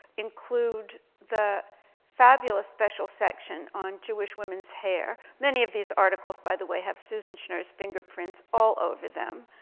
include the fabulous special section on jewish women's hair many of these articles, by the way, have susan schnur's fingerprints all over them.